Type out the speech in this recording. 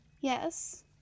Yes